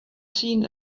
seen